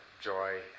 joy